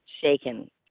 shaken